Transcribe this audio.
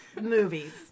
movies